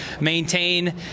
maintain